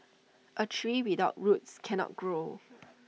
A tree without roots cannot grow